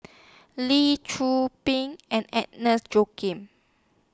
Lee Tzu Pheng and Agnes Joaquim